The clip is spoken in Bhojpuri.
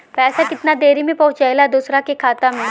पैसा कितना देरी मे पहुंचयला दोसरा के खाता मे?